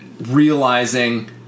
realizing